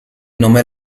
nome